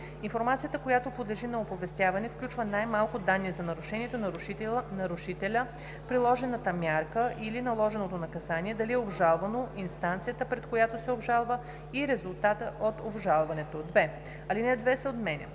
Информацията, която подлежи на оповестяване, включва най-малко данни за нарушението, нарушителя, приложената мярка или наложеното наказание, дали е обжалвано, инстанцията, пред която се обжалва, и резултата от обжалването.“ 2.Алинея 2 се отменя.